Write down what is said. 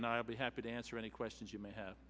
and i'll be happy to answer any questions you may have